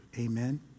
Amen